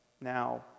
now